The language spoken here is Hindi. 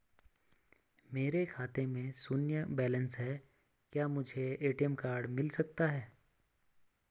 मेरे खाते में शून्य बैलेंस है क्या मुझे ए.टी.एम कार्ड मिल सकता है?